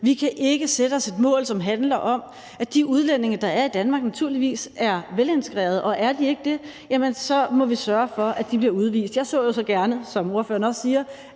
Vi kan ikke sætte os et mål, som handler om, at de udlændinge, der er i Danmark, naturligvis er velintegrerede, og er de ikke det, jamen så må vi sørge for, at de bliver udvist. Jeg så jo så gerne, som ordføreren også siger,